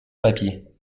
papier